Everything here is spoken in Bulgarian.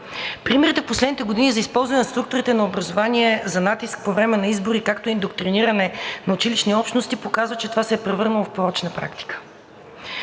Примерите в последните години за използване на структурите на образование за натиск по време на избори, както индоктриниране на училищни общности, показва, че това се е превърнало в порочна практика.